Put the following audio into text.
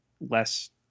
less